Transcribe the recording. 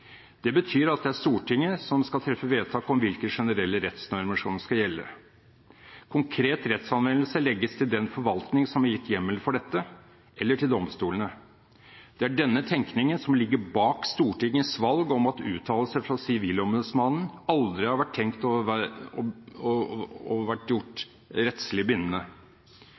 Det betyr at det er Stortinget som skal treffe vedtak om hvilke generelle rettsnormer som skal gjelde. Konkret rettsanvendelse legges til den forvaltning som er gitt hjemmel for dette, eller til domstolene. Det er denne tenkningen som ligger bak Stortingets valg om at uttalelser fra Sivilombudsmannen aldri har vært tenkt gjort rettslig bindende.